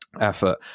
effort